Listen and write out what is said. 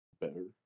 Better